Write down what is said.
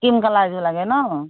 cream কালাৰযোৰ লাগে ন'